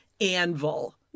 anvil